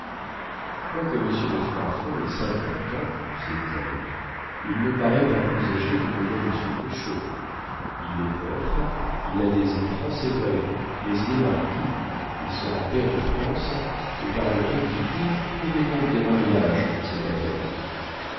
quoique monsieur de froidfond ait cinquante ans disait-elle il ne paraît pas plus âgé que ne l'est monsieur cruchot il est veuf il a des enfants c'est vrai mais il est marquis il sera pair de france et par le temps qui court trouvez donc des mariages de cet